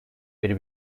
bir